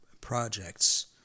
projects